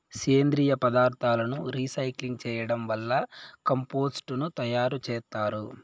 సేంద్రీయ పదార్థాలను రీసైక్లింగ్ చేయడం వల్ల కంపోస్టు ను తయారు చేత్తారు